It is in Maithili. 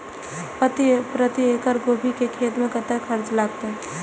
प्रति एकड़ गोभी के खेत में कतेक खर्चा लगते?